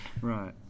Right